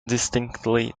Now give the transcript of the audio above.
distinctly